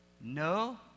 No